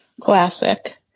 classic